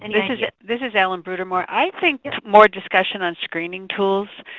and this is yeah this is ellen bruder-moore. i think more discussion on screening tools,